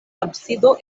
absido